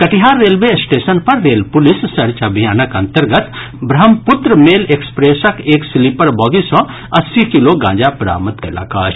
Katihar railway station पर rail police search अभियानक अन्तर्गत ब्रह्मपुत्र मेल एक्सप्रेसक एक स्लीपर बॉगी सँ अस्सी किलो गांजा बरामद कयलक अछि